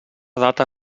data